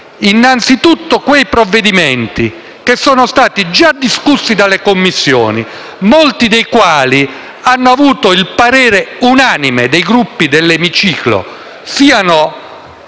perché quei provvedimenti che sono stati già discussi dalle Commissioni, molti dei quali hanno avuto il parere unanime dei Gruppi dell'emiciclo, siano